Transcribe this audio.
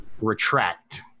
retract